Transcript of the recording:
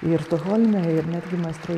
ir stokholme ir netgi maestro